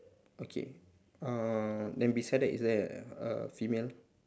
okay uh then beside that is there a a female